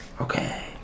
Okay